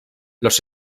los